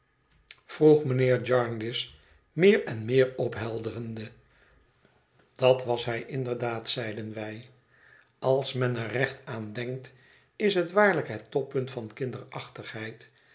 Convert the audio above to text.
nevroeg mijnheer jarndyce meer en meer ophelderende dat was hij inderdaad zeiden wij als men er recht aan denkt is het waarlijk het toppunt van